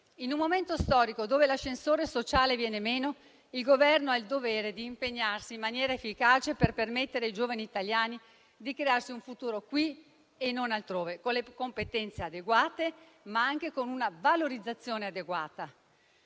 In un momento storico in cui l'ascensore sociale viene meno, il Governo ha il dovere di impegnarsi in maniera efficace per permettere ai giovani italiani di crearsi un futuro qui e non altrove, con le competenze adeguate, ma anche con una valorizzazione adeguata: